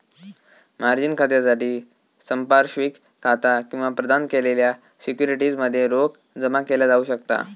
margin खात्यासाठी संपार्श्विक खाता किंवा प्रदान केलेल्या सिक्युरिटीज मध्ये रोख जमा केला जाऊ शकता